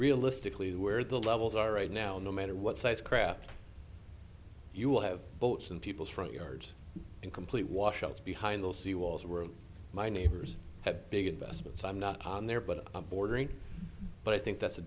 realistically where the levels are right now no matter what size craft you'll have boats in people's front yards in complete washouts behind the sea walls were my neighbors have big investments i'm not there but bordering but i think that's